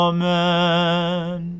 Amen